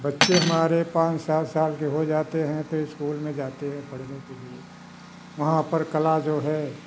बच्चे हमारे पाँच सात साल के हो जाते हैं तो इस्कूल में जाते हैं पढ़ने के लिए वहाँ पर कला जो है